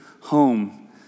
home